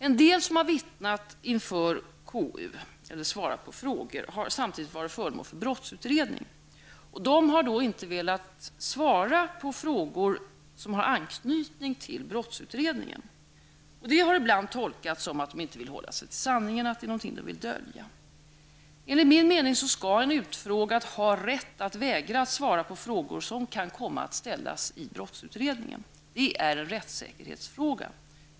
En del som har vittnat inför KU eller svarat på frågor har samtidigt varit föremål för brottsutredning. De har då inte velat svara på frågor som har anknytning till brottsutredningen. Det har ibland tolkats som att de inte velat hålla sig till sanningen, att det är någonting som de vill dölja. Enligt min mening skall en utfrågad ha rätt att vägra att svara på frågor som kan komma att ställas i brottsutredningen. Det är en rättssäkerhetsfråga.